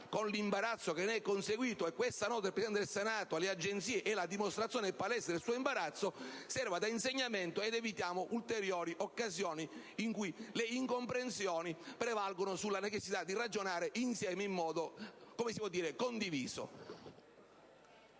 con l'imbarazzo che ne è conseguito (e questa nota del Presidente del Senato alle agenzie di stampa ne è la dimostrazione palese) serva da insegnamento. Evitiamo ulteriori occasioni in cui le incomprensioni prevalgano sulla necessità di ragionare insieme in modo condiviso.